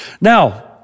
Now